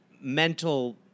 mental